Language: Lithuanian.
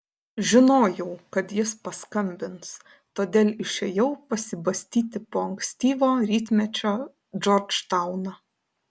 žinojau kad jis paskambins todėl išėjau pasibastyti po ankstyvo rytmečio džordžtauną